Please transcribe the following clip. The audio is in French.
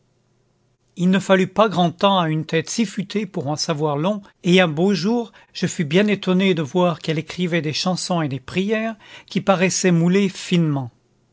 il ne fallut pas grand temps à une tête si futée pour en savoir long et un beau jour je fus bien étonné de voir qu'elle écrivait des chansons et des prières qui paraissaient moulées finement